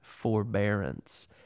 forbearance